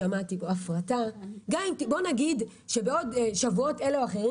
בואו נגיד שבעוד שבועות אלו או אחרים